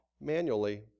manually